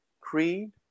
creed